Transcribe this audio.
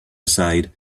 aside